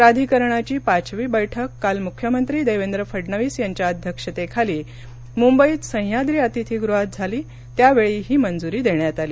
प्राधिकरणाची पाचवी बैठक काल मुख्यमंत्री देवेंद्र फडणवीस यांच्या अध्यक्षतेखाली मुंबईत सह्याद्री अतिथीगृहात झाली त्यावेळी ही मंजुरी देण्यात आली